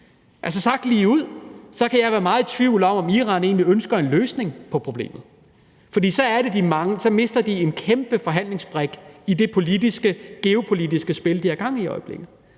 Altså, sagt lige ud kan jeg være meget i tvivl om, om Iran egentlig ønsker en løsning på problemet, fordi de så mister en kæmpe forhandlingsbrik i det geopolitiske spil, de har gang i i øjeblikket.